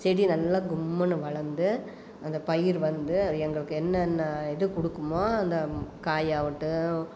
செடி நல்லா கும்முன்னு வளர்ந்து அந்த பயிர் வந்து எங்களுக்கு என்னென்ன இது கொடுக்குமோ அந்த காயாகட்டும்